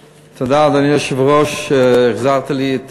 תודה, אדוני היושב-ראש, שהחזרת לי את